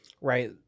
right